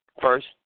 first